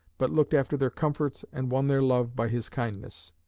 but looked after their comforts and won their love by his kindness.